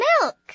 milk